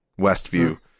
Westview